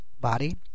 body